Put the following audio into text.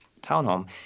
townhome